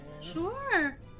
sure